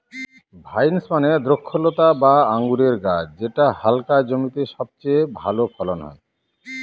vines মানে দ্রক্ষলতা বা আঙুরের গাছ যেটা হালকা জমিতে সবচেয়ে ভালো ফলন হয়